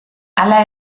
hala